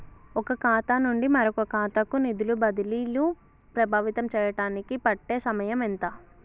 ఒక ఖాతా నుండి మరొక ఖాతా కు నిధులు బదిలీలు ప్రభావితం చేయటానికి పట్టే సమయం ఎంత?